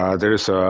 ah there is so